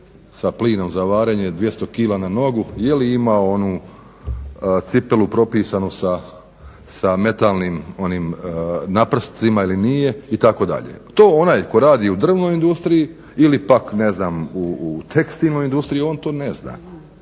sa plinom za varenje 200 kg na nogu, je li imao onu cipelu propisanu sa metalnim onim naprscima ili nije itd. To onaj koji radi u drvnoj industriji ili pak ne znam u tekstilnoj industriji, on to ne zna.